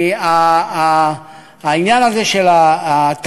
כי העניין הזה של הטפיל,